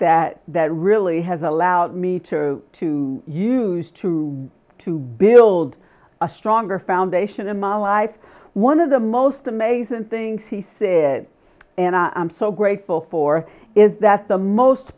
that that really has allowed me to to use to to build a stronger foundation in my life one of the most amazing things he said and i'm so grateful for is that the most